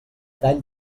tall